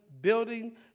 building